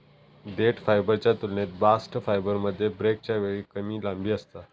देठ फायबरच्या तुलनेत बास्ट फायबरमध्ये ब्रेकच्या वेळी कमी लांबी असता